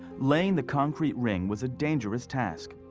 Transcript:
laying the concrete ring was a dangerous task.